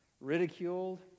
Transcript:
Ridiculed